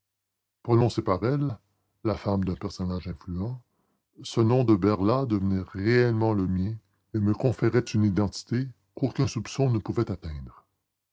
prononcé par elle la femme d'un personnage influent ce nom de berlat devenait réellement le mien et me conférait une identité qu'aucun soupçon ne pouvait atteindre